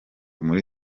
muri